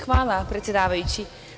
Hvala predsedavajući.